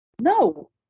No